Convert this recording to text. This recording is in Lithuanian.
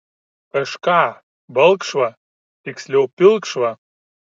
kažką balkšvą tiksliau pilkšvą